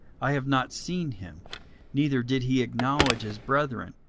i have not seen him neither did he acknowledge his brethren,